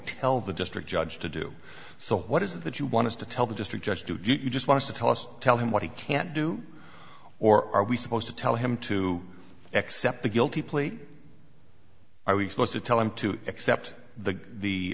tell the district judge to do so what is it that you want us to tell the district judge to do you just want to tell us tell him what he can't do or are we supposed to tell him to accept a guilty plea are we supposed to tell him to accept the the